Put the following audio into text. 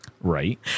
Right